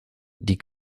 die